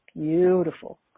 beautiful